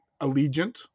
Allegiant